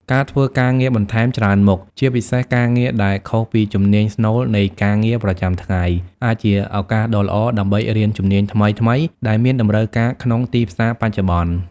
ការធ្វើការងារបន្ថែមច្រើនមុខ ជាពិសេសការងារដែលខុសពីជំនាញស្នូលនៃការងារប្រចាំថ្ងៃ អាចជាឱកាសដ៏ល្អដើម្បីរៀនជំនាញថ្មីៗ ដែលមានតម្រូវការក្នុងទីផ្សារបច្ចុប្បន្ន។